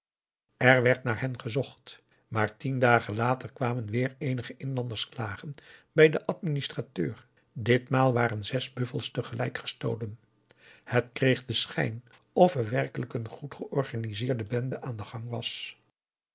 er werd naar hen gezocht maar tien dagen later kwamen weer eenige inlanders klagen bij den administrateur ditmaal waren zes buffels tegelijk gestolen het kreeg den schijn of er werkelijk een goed georganiseerde bende aan den gang was